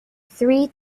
three